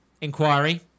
inquiry